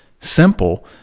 simple